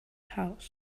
house